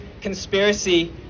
conspiracy